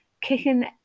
kicking